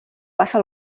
passa